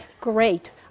great